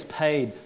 paid